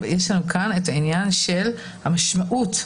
פה העניין של המשמעות.